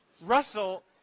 russell